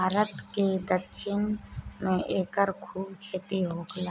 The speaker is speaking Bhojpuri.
भारत के दक्षिण में एकर खूब खेती होखेला